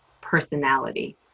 personality